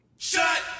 Shut